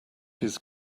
his